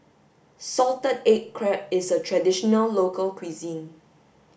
salted egg crab is a traditional local cuisine